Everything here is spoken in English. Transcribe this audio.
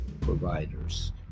providers